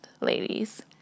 ladies